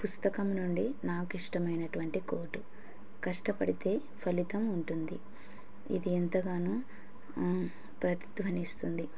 పుస్తకం నుండి నాకు ఇష్టమైనటటువంటి కోటు కష్టపడితే ఫలితం ఉంటుంది ఇది ఎంతగానో ప్రతిత్వనిస్తుంది